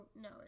no